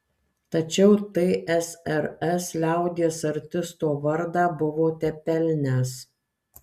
tačiau tsrs liaudies artisto vardą buvote pelnęs